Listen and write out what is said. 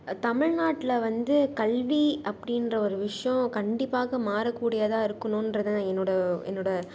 தமிழ்நாட்டில் வந்து கல்வி அப்படின்ற ஒரு விஷயோம் கண்டிப்பாக மாறக்கூடியதாக இருக்கணுன்றதது தான் என்னோடய என்னோடய